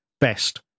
best